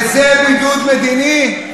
וזה בידוד מדיני?